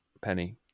Penny